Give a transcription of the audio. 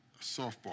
softball